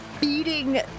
beating